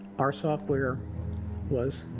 our software was